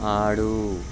ఆడు